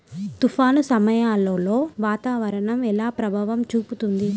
తుఫాను సమయాలలో వాతావరణం ఎలా ప్రభావం చూపుతుంది?